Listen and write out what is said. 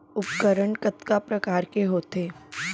उपकरण कतका प्रकार के होथे?